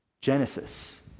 Genesis